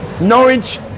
Norwich